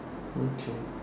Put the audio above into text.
okay